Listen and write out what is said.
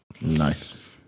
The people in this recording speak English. Nice